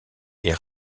est